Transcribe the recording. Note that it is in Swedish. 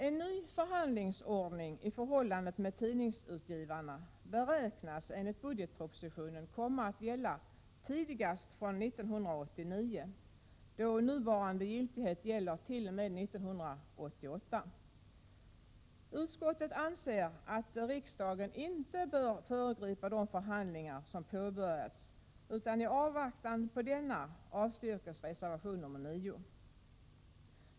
En ny förhandlingsordning i förhållandet med tidningsutgivarna beräknas enligt budgetpropositionen komma att gälla tidigast från 1989, eftersom nuvarande giltighet gäller t.o.m. 1988. Utskottet anser att riksdagen inte bör föregripa de förhandlingar som påbörjats, utan i avvaktan på dessa avstyrks reservation 9.